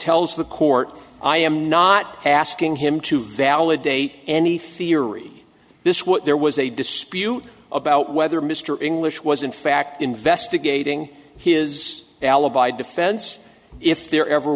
tells the court i am not asking him to validate any theory this what there was a dispute about whether mr english was in fact investigating his alibi defense if there ever